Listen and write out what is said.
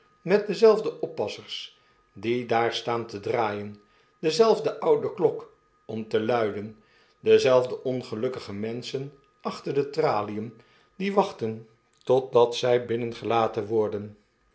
met dezelfde oppassers die daar staan te draaien dezelfde oude klok om te luiden dezelfde ongelukkige menschen achter de tralien die wachten totdat zij binnengelaten worden